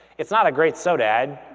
it's not a great soda ad,